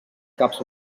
caps